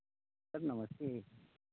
sir नमस्ते